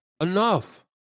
Enough